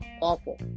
awful